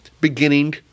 beginning